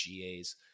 GAs